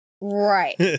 Right